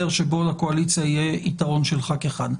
שבו לקואליציה יהיה יתרון של ח"כ אחד.